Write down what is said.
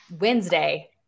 Wednesday